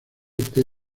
montaje